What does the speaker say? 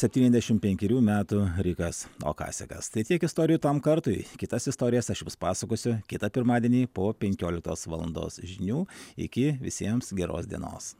septyniasdešimt penkerių metų rikas okasegas tai tiek istorijų tam kartui kitas istorijas aš jums pasakosiu kitą pirmadienį po penkioliktos valandos žinių iki visiems geros dienos